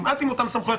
כמעט עם אותן סמכויות.